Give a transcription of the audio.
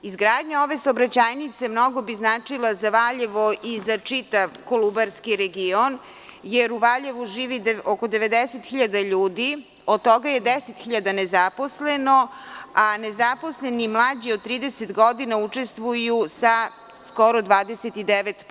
Izgradnja ove saobraćajnice mnogo bi značila za Valjevo i za čitav Kolubarski region, jer u Valjevu živi oko 90 hiljada ljudi, od toga je 10 hiljada nezaposleno, a nezaposleni mlađi od 30 godina učestvuju sa skoro 29%